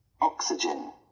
Oxygen